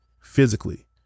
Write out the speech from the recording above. physically